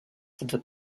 the